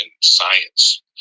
science